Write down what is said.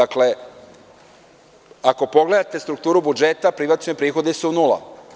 Ako pogledate strukturu budžeta, privatizacioni prihodi su nula.